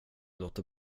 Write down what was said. låter